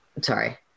Sorry